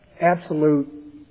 absolute